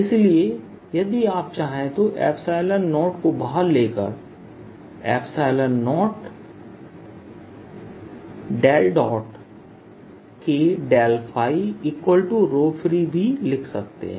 इसलिए यदि आप चाहें तो 0को बाहर लेकर 0Kfree भी लिख सकते हैं